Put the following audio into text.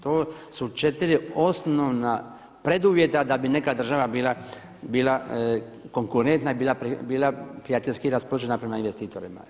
To su četiri osnovna preduvjeta da bi neka država bila konkurentna i bila prijateljski raspoložena prema investitorima.